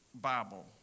Bible